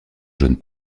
jaune